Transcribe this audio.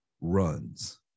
runs